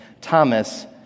Thomas